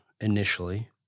initially